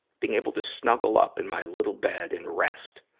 being able to snuggle up in my little bed and rest,